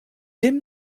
dim